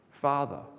Father